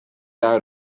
out